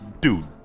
dude